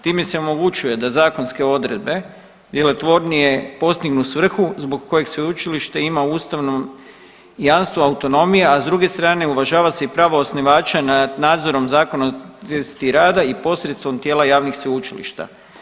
Time se omogućuje da zakonske odredbe djelotvornije postignu svrhu zbog kojeg sveučilište ima u ustavnom jamstvo autonomije, a s druge strane uvažava se i pravo osnivača nad nadzorom zakonitosti rada i posredstvom tijela javnih sveučilišta.